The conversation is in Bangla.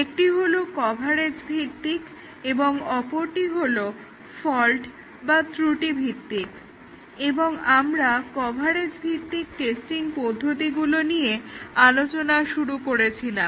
একটি হলো কভারেজ ভিত্তিক এবং অপরটি হলো ফল্ট বা ত্রুটি ভিত্তিক এবং আমরা কভারেজ ভিত্তিক টেস্টিং পদ্ধতিগুলো নিয়ে আলোচনা শুরু করেছিলাম